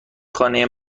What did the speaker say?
خانه